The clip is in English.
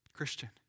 Christian